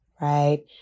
right